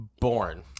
born